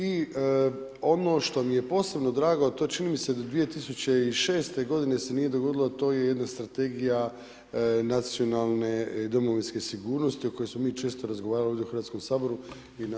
I ono što mi je posebno drago, a to čini mi se da 2006. godine se nije dogodilo, a to je jedna strategija nacionalne domovinske sigurnosti o kojoj smo mi često razgovarali ovdje u Hrvatskom saboru i na